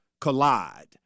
Collide